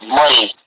money